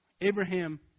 Abraham